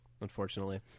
unfortunately